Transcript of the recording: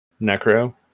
necro